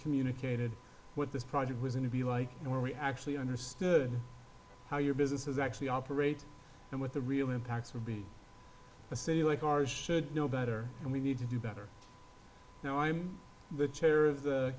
communicated what this project was in to be like and where we actually understood how your business is actually operate and what the real impacts would be a city like ours should know better and we need to do better now i'm the